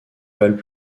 valent